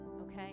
Okay